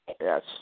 Yes